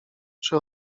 czy